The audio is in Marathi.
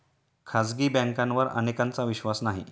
खाजगी बँकांवर अनेकांचा विश्वास नाही